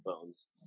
phones